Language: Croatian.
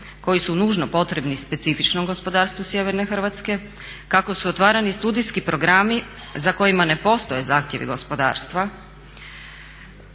koji su nužno potrebni specifičnom gospodarstvu sjeverne Hrvatske. Kako su otvarani studijski programi za kojima ne postoje zahtjevi gospodarstva,